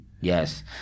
Yes